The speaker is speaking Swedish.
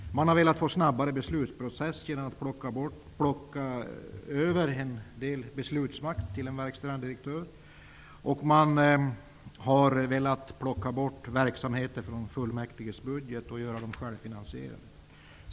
Man har velat åstadkomma en snabbare beslutsprocess genom att föra över en del av beslutsmakten till en verkställande direktör. Man har också velat plocka ut vissa verksamheter från fullmäktiges budget och göra dem självfinansierande.